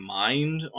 mind